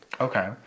Okay